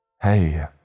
Hey